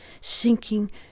sinking